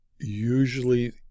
usually